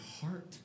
heart